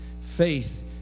faith